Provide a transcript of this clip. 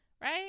right